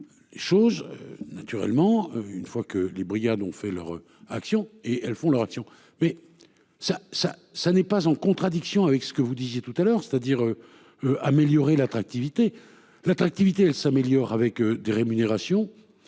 Les choses. Naturellement une fois que les Brigades ont fait leur action et elles font leur action mais. Ça ça ça n'est pas en contradiction avec ce que vous disiez tout à l'heure c'est-à-dire. Améliorer l'attractivité l'attractivité, elle s'améliore, avec des rémunérations.